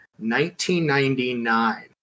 1999